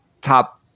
top